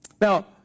Now